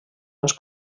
més